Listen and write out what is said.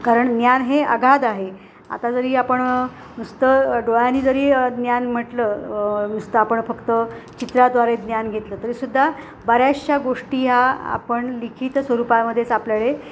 कारण ज्ञान हे अगाध आहे आता जरी आपण नुसतं डोळ्यांनी जरी ज्ञान म्हटलं नुसतं आपण फक्त चित्राद्वारे ज्ञान घेतलं तरीसुद्धा बऱ्याचशा गोष्टी ह्या आपण लिखित स्वरूपामध्येच आपल्याला